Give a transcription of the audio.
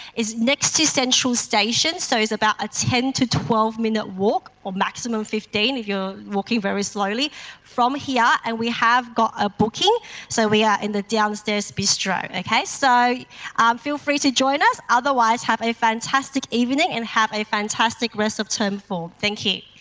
it's next to central station, so it's about a ten to twelve minute walk or maximum fifteen if you're walking very slowly from here and we have got a booking so we are in the downstairs bistro. okay, so feel free to join us or otherwise have a fantastic evening and have a fantastic rest of term four. thank you.